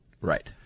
right